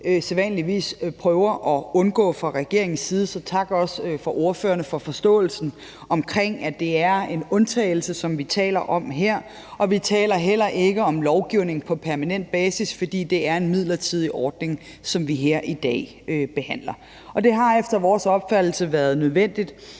sædvanligvis prøver at undgå fra regeringens side. Så tak, også til ordførerne, for forståelsen af, at det er en undtagelse, som vi taler om her. Vi taler heller ikke om lovgivning på permanent basis, for det er en midlertidig ordning, som vi her i dag behandler. Og det har efter vores opfattelse været nødvendigt